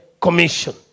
commission